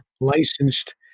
licensed